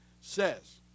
says